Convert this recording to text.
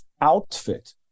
outfit